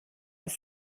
das